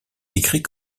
écrit